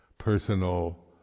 personal